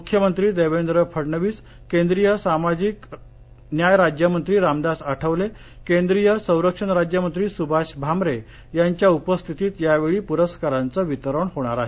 मुख्यमंत्री देवेंद्र फडणवीस केंद्रीय सामाजिक न्याय राज्यमंत्री रामदास आठवले केंद्रीय संरक्षण राज्यमंत्री सुभाष भामरे यांच्या उपस्थितीत यावेळी पुरस्कारांचं वितरण होणार आहे